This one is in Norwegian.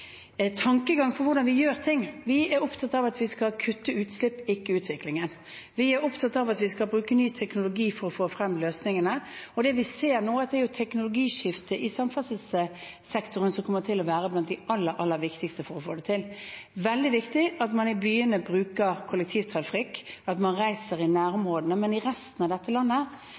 tankegang bak hvordan vi gjør ting. Vi er opptatt av at vi skal kutte utslipp, ikke utviklingen. Vi er opptatt av at vi skal bruke ny teknologi for å få frem løsningene, og det vi ser nå, er at det er teknologiskiftet i samferdselssektoren som kommer til å være blant det aller, aller viktigste for å få det til. Det er veldig viktig at man i byene bruker kollektivtrafikk når man reiser i nærområdene. Men i resten av dette landet